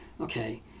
okay